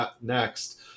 next